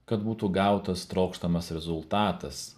kad būtų gautas trokštamas rezultatas